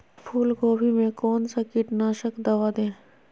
फूलगोभी में कौन सा कीटनाशक दवा दे?